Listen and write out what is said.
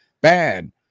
bad